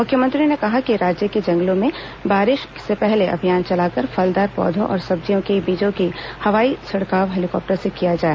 मुख्यमंत्री ने कहा कि राज्य के जंगलों में बारिश से पहले अभियान चलाकर फलदार पौधों और सब्जी के बीजों का हवाई छिड़काव हेलीकॉप्टर से किया जाए